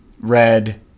red